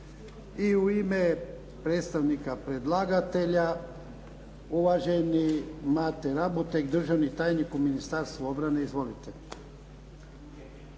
I u ime kluba predstavnika predlagatelja, uvaženi Mate Raboteg, državni tajnik u Ministarstvu obrane. Izvolite.